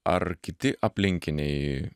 ar kiti aplinkiniai